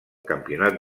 campionat